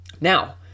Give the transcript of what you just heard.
Now